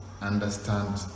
understand